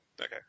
Okay